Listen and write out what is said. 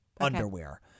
underwear